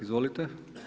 Izvolite.